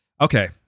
okay